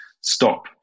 stop